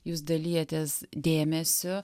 jūs dalijatės dėmesiu